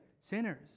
sinners